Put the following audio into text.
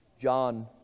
John